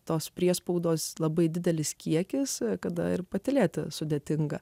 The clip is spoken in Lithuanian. tos priespaudos labai didelis kiekis kada ir patylėti sudėtinga